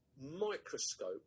microscope